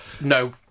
No